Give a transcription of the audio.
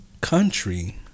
country